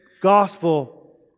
gospel